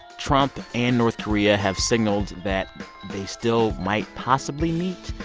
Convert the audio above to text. trump and north korea have signaled that they still might possibly meet.